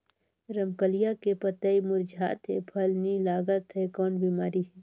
रमकलिया के पतई मुरझात हे फल नी लागत हे कौन बिमारी हे?